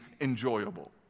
enjoyable